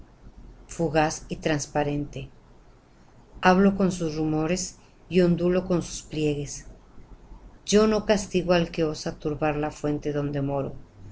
fugaz y trasparente hablo con sus rumores y ondulo con sus pliegues yo no castigo al que osa turbar la fuente donde moro